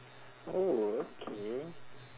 oh okay